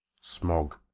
Smog